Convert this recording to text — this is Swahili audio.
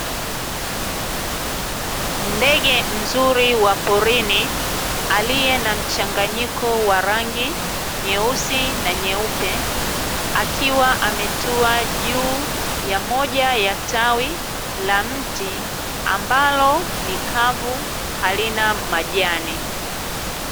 Ndege mzuri wa porini aliye na mchanganyiko wa rangi nyeusi na nyeupe, akiwa ametua juu ya moja ya tawi la mti ambalo ni kavu halina majani .